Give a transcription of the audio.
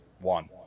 One